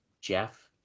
Jeff